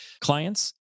clients